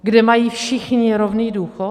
Kde mají všichni rovný důchod?